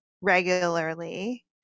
regularly